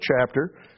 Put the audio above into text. chapter